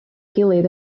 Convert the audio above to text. gilydd